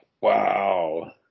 Wow